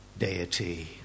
deity